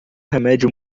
remédio